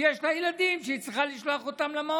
ויש לה ילדים שהיא צריכה לשלוח למעון,